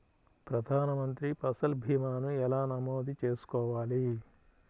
ప్రధాన మంత్రి పసల్ భీమాను ఎలా నమోదు చేసుకోవాలి?